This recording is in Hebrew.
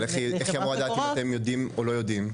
אבל איך היא אמורה לדעת אם אתם יודעים או לא יודעים?